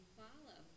follow